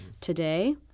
Today